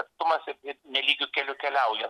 atstumas ir nelygiu keliu keliauja